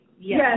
Yes